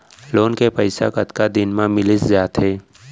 Loan के पइसा कतका दिन मा मिलिस जाथे?